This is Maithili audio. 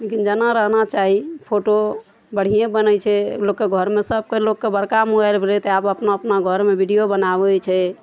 लेकिन जेना रहना चाही फोटो बढ़ियें बनय छै लोकके घरमे सबके लोक कऽ बड़का मोबाइल भेलय तऽ आब अपना अपना घरमे वीडियो बनाबय छै